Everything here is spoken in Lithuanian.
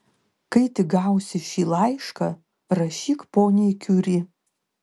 kai tik gausi šį laišką rašyk poniai kiuri